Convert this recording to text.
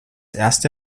erste